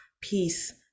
peace